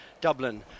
Dublin